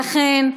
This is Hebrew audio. ואכן,